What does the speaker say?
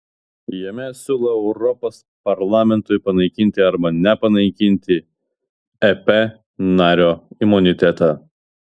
jame siūlo europos parlamentui panaikinti arba nepanaikinti ep nario imunitetą